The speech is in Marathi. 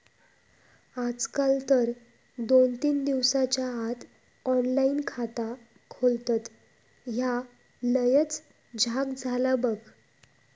आजकाल तर दोन तीन दिसाच्या आत ऑनलाइन खाता खोलतत, ह्या लयच झ्याक झाला बघ